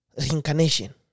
Reincarnation